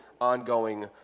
ongoing